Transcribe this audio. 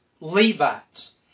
Levites